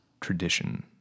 tradition